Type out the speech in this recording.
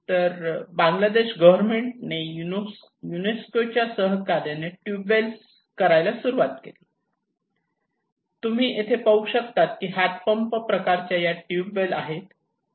तर बांगलादेश गव्हर्मेंट ने युनेस्को च्या सहकार्याने ट्यूब वेल्स करायला सुरुवात केली इथे तुम्ही पाहू शकतात की हात पंप प्रकारच्या या ट्यूबवेल आहेत